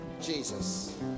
Jesus